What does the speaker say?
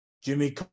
Jimmy